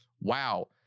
Wow